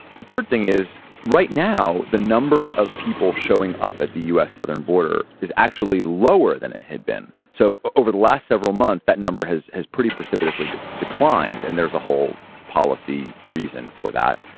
the third thing is right now, the number of people showing up at the u s. southern border is actually lower than it had been. so over the last several months, that number has has pretty precipitously declined. and there's a whole policy reason for that.